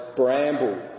bramble